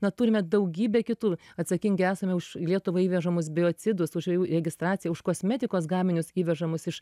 na turime daugybę kitų atsakingi esame už į lietuvą įvežamus biocidus už ų registraciją už kosmetikos gaminius įvežamus iš